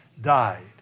died